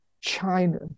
China